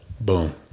boom